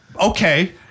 Okay